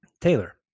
Taylor